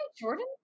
Jordan